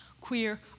queer